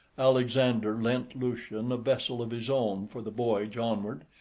alexander lent lucian a vessel of his own for the voyage onward,